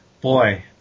boy